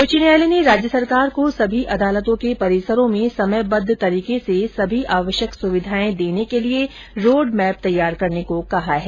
उच्च न्यायालय ने राज्य सरकार को सभी अदालतों के परिसरों में समयबद्व तरीके से सभी आवश्यक सुविधाएं प्रदान करने के लिए रोड मैप तैयार करने का निर्देश दिया है